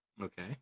Okay